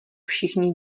všichni